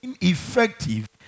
ineffective